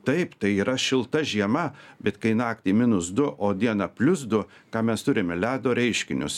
taip tai yra šilta žiema bet kai naktį minus du o dieną plius du ką mes turime ledo reiškinius